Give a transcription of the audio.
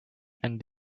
and